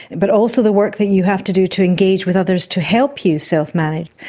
but also the work that you have to do to engage with others to help you self-manage.